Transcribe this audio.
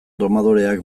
domadoreak